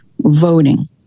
voting